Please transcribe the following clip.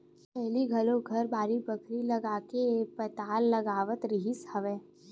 पहिली घरो घर बाड़ी बखरी लगाके पताल लगावत रिहिस हवय